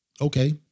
Okay